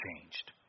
changed